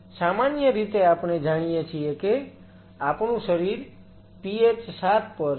તેથી સામાન્ય રીતે આપણે જાણીએ છીએ કે આપણું શરીર pH 7 પર છે